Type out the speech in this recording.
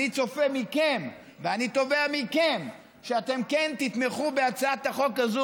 אני מצפה מכם ואני תובע מכם שאתם כן תתמכו בהצעת החוק הזאת,